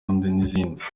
n’izindi